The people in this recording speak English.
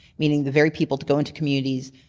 meaning the very people to go into communities,